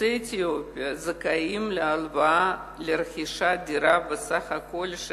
יוצאי אתיופיה זכאים להלוואה לרכישת דירה בסך של